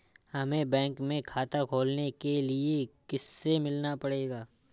हमे बैंक में खाता खोलने के लिए किससे मिलना पड़ेगा?